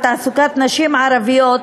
על תעסוקת נשים ערביות.